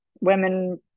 women